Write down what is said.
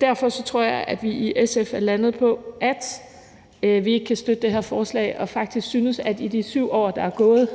Derfor tror jeg, at vi i SF lander på, at vi ikke kan støtte det her forslag og faktisk synes, at i de 7 år, der er gået,